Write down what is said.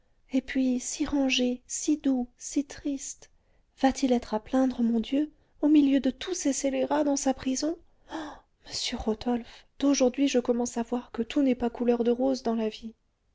et puis si rangé si doux si triste va-t-il être à plaindre mon dieu au milieu de tous ces scélérats dans sa prison ah monsieur rodolphe d'aujourd'hui je commence à voir que tout n'est pas couleur de rose dans la vie